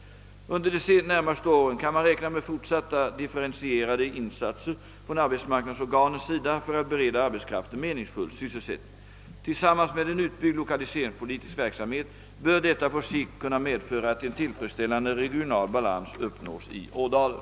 Under de närmaste åren kan man räkna med fortsatta differentierade insatser från arbetsmarknadsorganens sida för att bereda arbetskraften meningsfull sysselsättning. Tillsammans med en utbyggd lokaliseringspolitisk verksamhet bör detta på sikt kunna medföra att en tillfredsställande regional balans uppnås i Ådalen.